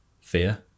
fear